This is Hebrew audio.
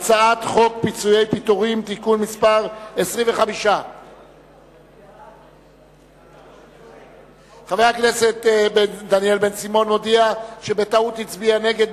להציג את הצעת חוק פיצויי פיטורים (תיקון מס' 25). חבר הכנסת דניאל בן-סימון מודיע שבטעות הצביע נגד,